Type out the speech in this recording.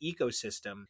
ecosystem